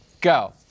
go